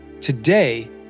Today